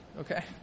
Okay